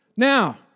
Now